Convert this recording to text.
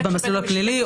זה במסלול הפלילי,